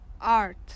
art